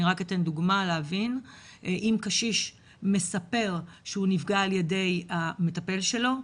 אני רק אתן דוגמא להבין-אם קשיש מספר שהוא נפגע על ידי המטפל שלו,